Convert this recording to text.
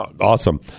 Awesome